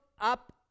up